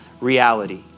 reality